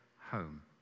home